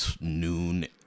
noon